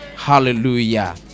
Hallelujah